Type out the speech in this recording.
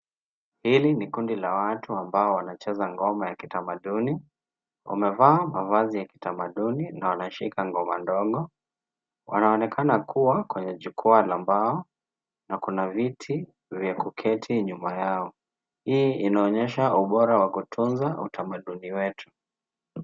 Kundi la watu, ambao wanacheza ngoma ya kitamaduni, wamevaa mavazi ya kitamaduni, na wanashika ngoma ndogo. Wanaonekana kuwa kwenye jukwaa la mbao, kuna viti vya kuketi nyuma yao. Hii inaonyesha ubora wa kutunza, utamaduni wetu.